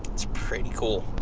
it's pretty cool.